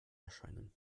erscheinen